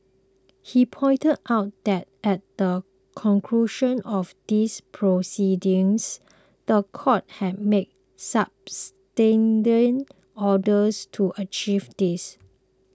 he pointed out that at the conclusion of these proceedings the court had made substantial orders to achieve this